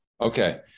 Okay